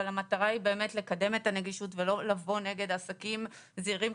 אבל המטרה היא לקדם את הנגישות ולא לבוא נגד עסקים זעירים,